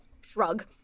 shrug